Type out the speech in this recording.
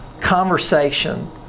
conversation